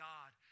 God